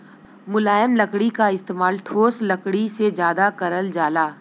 मुलायम लकड़ी क इस्तेमाल ठोस लकड़ी से जादा करल जाला